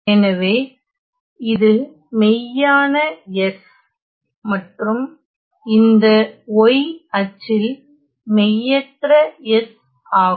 எனவே இது மெய்யான s மற்றும் இந்த y அச்சில் மெய்யற்ற s ஆகும்